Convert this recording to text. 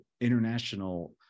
international